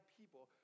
people